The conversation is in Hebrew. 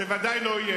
זה דבר שוודאי לא יהיה.